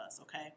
okay